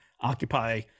occupy